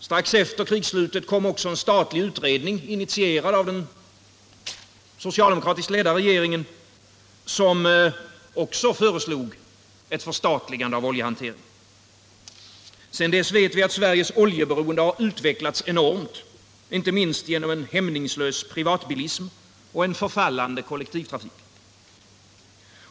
Strax efter krigsslutet kom också en statlig — den privata bensinutredning, initierad av den socialdemokratiskt ledda regeringen, som ock = och oljehandeln så föreslog ett förstatligande av oljehanteringen. Sedan dess har Sveriges oljeberoende utvecklats enormt, inte minst genom en hämningslös privatbilism och en förfallande kollektivtrafik.